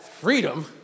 freedom